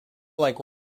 like